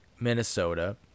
Minnesota